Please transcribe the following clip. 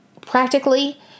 practically